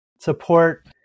support